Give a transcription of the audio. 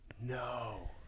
No